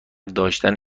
داشتن